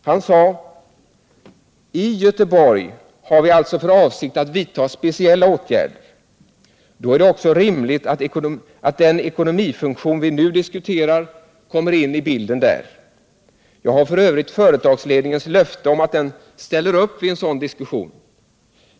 Han sade: ”I Göteborg har vi alltså för avsikt att vidta speciella åtgärder. Då är det också rimligt att den ekonomifunktion vi nu diskuterar kommer in i bilden där. Jag har för övrigt företagsledningens löfte om att den ställer upp vid en sådan diskussion.